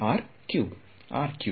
ವಿದ್ಯಾರ್ಥಿ